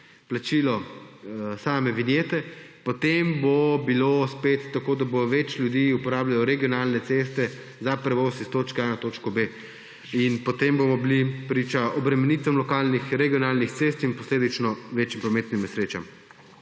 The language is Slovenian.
plačilo same vinjete, potem bo bilo spet tako, da bo več ljudi uporabljajo regionalne ceste za prevoz iz točke A na točko B in potem bomo priča obremenitvam lokalnih, regionalnih cest in posledično več prometnim nesrečam.